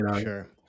sure